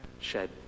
shed